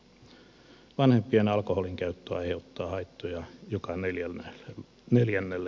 vanhem pien alkoholinkäyttö aiheuttaa haittoja joka neljännelle nuorelle